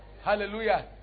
Hallelujah